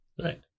Right